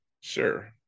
sure